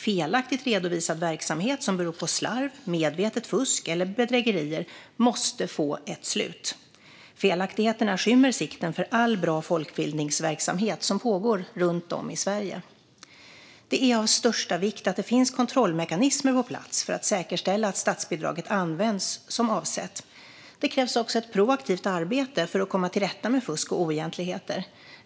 Felaktigt redovisad verksamhet som beror på slarv, medvetet fusk eller bedrägerier måste få ett slut. Felaktigheterna skymmer sikten för all bra folkbildningsverksamhet som pågår runt om i Sverige. Det är av största vikt att det finns kontrollmekanismer på plats för att säkerställa att statsbidraget används som avsett. Det krävs också ett proaktivt arbete för att komma till rätta med fusk och oegentligheter.